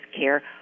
care